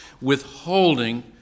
withholding